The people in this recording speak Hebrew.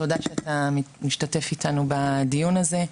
תודה שאתה משתתף איתנו בדיון הזה.